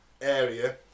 area